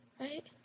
right